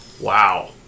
Wow